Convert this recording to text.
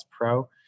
Pro